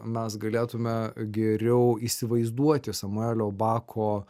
mes galėtume geriau įsivaizduoti samuelio bako